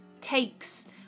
takes